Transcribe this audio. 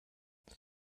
det